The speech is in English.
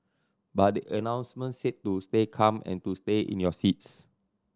but the announcement said to stay calm and to stay in your seats